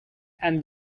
and